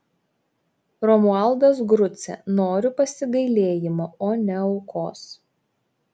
romualdas grucė noriu pasigailėjimo o ne aukos